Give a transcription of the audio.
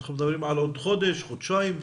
אנחנו מדברים על עוד חודש, חודשיים?